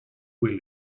will